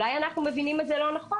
אולי אנחנו מבינים את זה לא נכון?